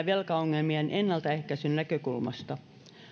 velkaongelmien ennaltaehkäisyn näkökulmasta